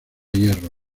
hierro